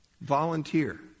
Volunteer